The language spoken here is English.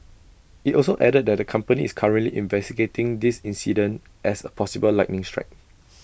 IT also added that the company is currently investigating this incident as A possible lightning strike